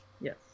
Yes